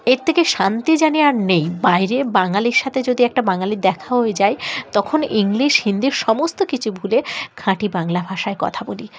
এর থেকে শান্তি জানি আর নেই বাইরে বাঙালির সাথে যদি একটা বাঙালি দেখা হয়ে যায় তখন ইংলিশ হিন্দির সমস্ত কিছু ভুলে খাঁটি বাংলা ভাষায় কথা বলি